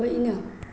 होइन